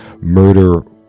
murder